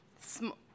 small